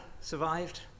survived